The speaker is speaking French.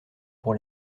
pour